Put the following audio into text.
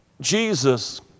Jesus